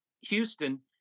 Houston